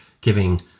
giving